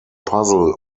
puzzle